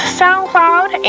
soundcloud